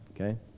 okay